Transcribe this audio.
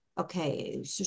Okay